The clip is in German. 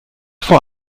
vor